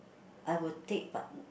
I will take but